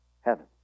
heaven